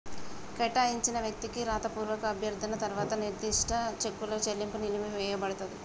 కేటాయించిన వ్యక్తికి రాతపూర్వక అభ్యర్థన తర్వాత నిర్దిష్ట చెక్కుల చెల్లింపు నిలిపివేయపడతది